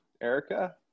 Erica